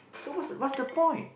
so what's what's the point